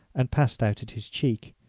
and passed out at his cheek.